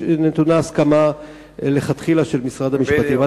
נתונה הסכמה מלכתחילה של משרד המשפטים.